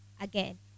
again